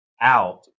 out